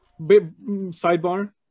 sidebar